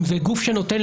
אם זה גוף שנותן,